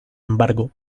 embargo